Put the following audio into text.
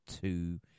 two